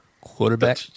quarterback